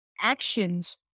actions